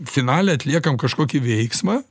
finale atliekam kažkokį veiksmą